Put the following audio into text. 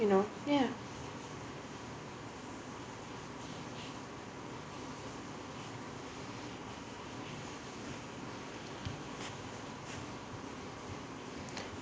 you know ya